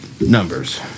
Numbers